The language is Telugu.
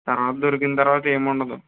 తర్వాత దొరికింతర్వాత ఏముండదు